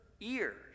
ears